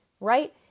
right